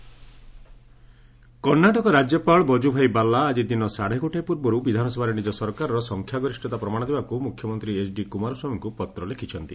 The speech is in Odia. କର୍ଣ୍ଣାଟକ ଆସେମ୍ବି ସେସନ୍ କର୍ଣ୍ଣାଟକ ରାଜ୍ୟପାଳ ବଜୁଭାଇ ବାଲା ଆଜି ଦିନ ସାଡ଼େ ଗୋଟାଏ ପୂର୍ବର୍ତ୍ତ ବିଧାନସଭାରେ ନିଜ ସରକାରର ସଂଖ୍ୟାଗରିଷ୍ଠତା ପ୍ରମାଣ ଦେବାକ୍ର ମୁଖ୍ୟମନ୍ତ୍ରୀ ଏଚ୍ଡି କୁମାରସ୍ୱାମୀଙ୍କୁ ପତ୍ର ଲେଖିଛନ୍ତି